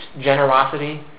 generosity